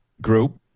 group